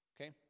okay